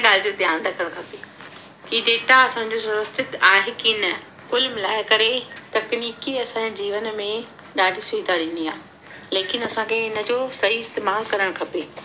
हिक ॻाल्हि जो ध्यानु रखणु खपे कि डेटा असांजो सुरक्षित आहे कि न कुलु मिलाए करे तकनीकीअ असांजे जीवन में ॾाढी सुविधा ॾिञी आहे लेकिन असां के इनजो सही इस्तेमालु करणु खपे